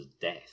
death